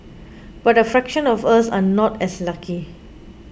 but a fraction of us are not as lucky